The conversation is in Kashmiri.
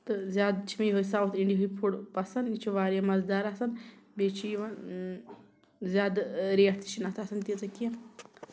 تہٕ زیادٕ چھِ مےٚ یہوے ساوُتھ اِنڈیِہٕکۍ فُڈ پَسنٛد یہِ چھُ واریاہ مَزٕدار آسان بیٚیہِ چھِ یِوان زیادٕ ریٹ تہِ چھِنہٕ اَتھ آسان تیٖژاہ کینٛہہ